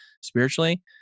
spiritually